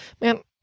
man